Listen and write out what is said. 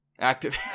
active